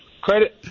credit